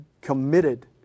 committed